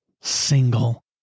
single